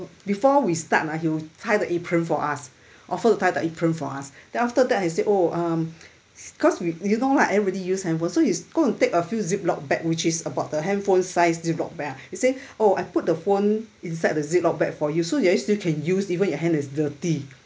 before we start lah he will tie the apron for us offer to tie the apron for us then after that he say oh um cause we you know lah everybody use handphone so he's go and take a few ziploc bag which is about the handphone size ziploc bag ah he say oh I put the phone inside the ziploc bag for you so that you still can use even your hand is dirty